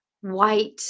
white